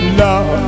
love